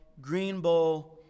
Greenbowl